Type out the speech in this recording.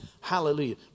Hallelujah